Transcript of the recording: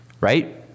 right